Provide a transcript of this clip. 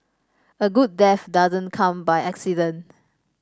a good death doesn't come by accident